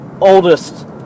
oldest